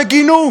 שגינה,